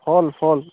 ফল ফল